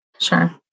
Sure